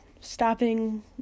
stopping